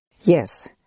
Yes